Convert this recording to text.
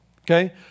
Okay